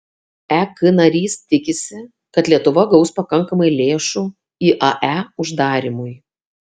ek narys tikisi kad lietuva gaus pakankamai lėšų iae uždarymui